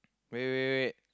wait wait wait